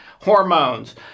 hormones